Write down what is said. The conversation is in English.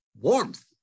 warmth